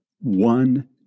one